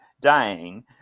dying